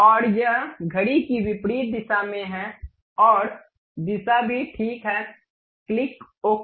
और यह घड़ी की विपरीत दिशा में है और दिशा भी ठीक है क्लिक ओके